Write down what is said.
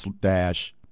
dash